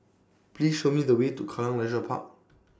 Please Show Me The Way to Kallang Leisure Park